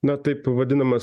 na taip vadinamas